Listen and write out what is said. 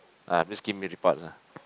ah just give me report lah